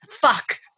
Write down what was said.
fuck